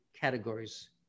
categories